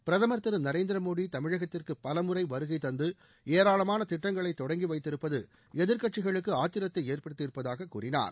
பிரதமர் திரு நரேந்திர மோடி தமிழகத்திற்கு பலமுறை வருகை தந்து ஏராளமான திட்டங்களை தொடங்கி வைத்திருப்பது எதிர்க்கட்சிகளுக்கு ஆத்திரத்தை ஏற்படுத்தியிருப்பதாகக் கூறினார்